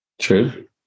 True